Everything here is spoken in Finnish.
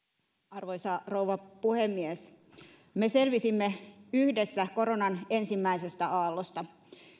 arvoisa rouva puhemies me selvisimme yhdessä koronan ensimmäisestä aallosta